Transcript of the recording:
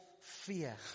fear